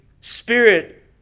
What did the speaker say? Spirit